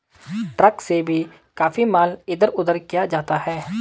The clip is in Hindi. ट्रक से भी काफी माल इधर उधर किया जाता है